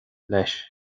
leis